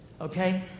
Okay